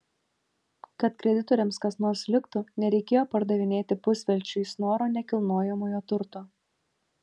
kad kreditoriams kas nors liktų nereikėjo pardavinėti pusvelčiui snoro nekilnojamojo turto